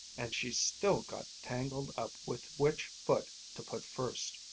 and she still got tangled up with which foot to put first.